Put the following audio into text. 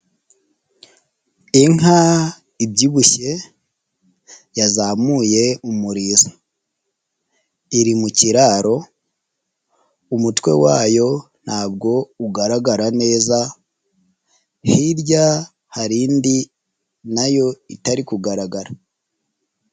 Inka ibyibushye yazamuye umurizo, iri mu kiraro umutwe wayo ntabwo ugaragara neza, hirya hari indi nayo itari kugaragara.